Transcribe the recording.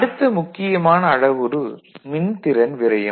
அடுத்த முக்கியமான அளவுரு - மின்திறன் விரயம்